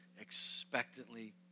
expectantly